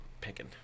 Picking